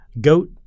Goat